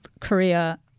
Korea